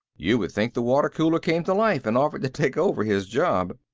you would think the water cooler came to life and offered to take over his job.